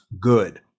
good